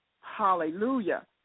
Hallelujah